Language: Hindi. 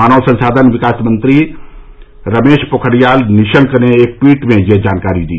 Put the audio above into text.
मानव संसाधन विकास मंत्री रमेश पोखरियाल निशंक ने एक ट्वीट में यह जानकारी दी